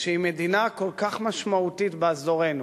שאם מדינה כל כך משמעותית באזורנו